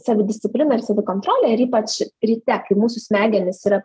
savidiscipliną ir savikontrolę ir ypač ryte kai mūsų smegenys yra